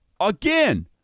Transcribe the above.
Again